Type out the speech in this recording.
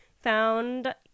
found